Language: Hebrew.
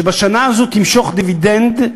שבשנה הזאת תמשוך דיבידנד,